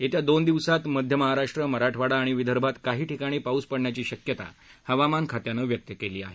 येत्या दोन दिवसात मध्य महाराष्ट्र मराठवाडा आणि विदर्भात काही ठिकाणी पाऊस पडण्याची शक्यता हवामान खात्यानं व्यक्त केली आहे